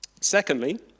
Secondly